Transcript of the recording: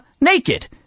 naked